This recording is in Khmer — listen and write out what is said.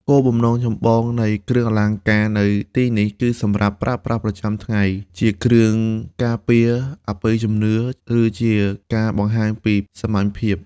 គោលបំណងចម្បងនៃគ្រឿងអលង្ការនៅទីនេះ គឺសម្រាប់ប្រើប្រាស់ប្រចាំថ្ងៃ ជាគ្រឿងការពារ អបិយជំនឿ ឬជាការបង្ហាញពីសាមញ្ញភាព។